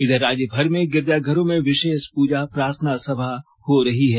इधर राज्य भर के गिरजा घरों में विशेष पूजा प्रार्थना सभा हो रही है